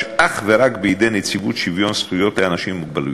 אך ורק בידי נציבות שוויון זכויות לאנשים עם מוגבלות.